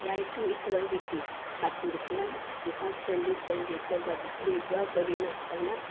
right to equality हातूंतल्यान आमकां चली चल्याचो भेदभाव करिनासतना